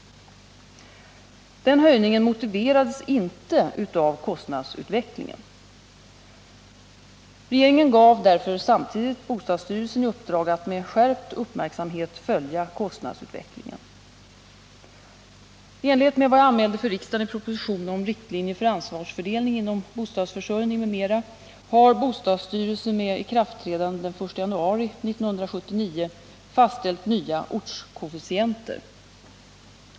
Denna höjning motiverades inte av kostnadsutvecklingen. Regeringen gav därför samtidigt bostadsstyrelsen i uppdrag att med skärpt uppmärksamhet följa kostnadsutvecklingen. I enlighet med vad jag anmälde för riksdagen i proposition om riktlinjer för ansvarsfördelning inom bostadsförsörjningen m.m. har bostadsstyrelsen med ikraftträdande den 1 januari 1979 fastställt nya ortskoefficienter.